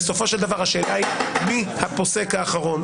בסופו של דבר השאלה היא מי הפוסק האחרון.